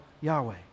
Yahweh